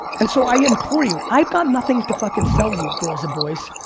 and so i implore you, i've got nothing to fucking sell you girls and boys.